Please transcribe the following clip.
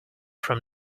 from